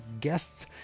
guests